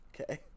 okay